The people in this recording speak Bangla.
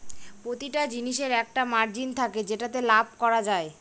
প্রতিটা জিনিসের একটা মার্জিন থাকে যেটাতে লাভ করা যায়